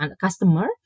customer